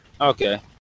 Okay